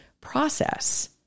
process